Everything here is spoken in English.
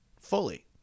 fully